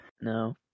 No